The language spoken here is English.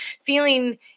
feeling